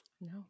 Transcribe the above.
No